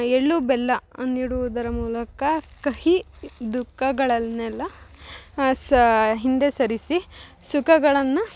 ಎಳ್ಳು ಬೆಲ್ಲ ನೀಡೋದರ ಮೂಲಕ ಕಹಿ ದುಃಖಗಳನ್ನೆಲ್ಲ ಸಹ ಹಿಂದೆಸರಿಸಿ ಸುಖಗಳನ್ನ